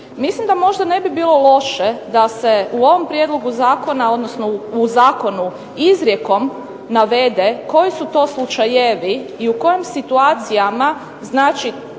Mislim da možda ne bi bilo loše da se u ovom prijedlogu zakona, odnosno u zakonu izrijekom navede koji su to slučajevi i u kojim situacijama ti